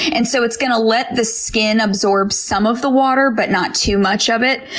and so it's gonna let the skin absorb some of the water, but not too much of it.